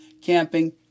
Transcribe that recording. camping